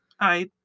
Hi